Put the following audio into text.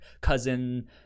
cousin